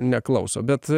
neklauso bet